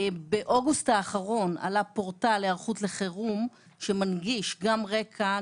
באוגוסט האחרון עלה פורטל היערכות לחירום שמנגיש גם רקע,